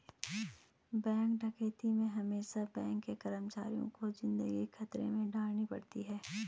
bank डकैती में हमेसा बैंक के कर्मचारियों को जिंदगी खतरे में डालनी पड़ती है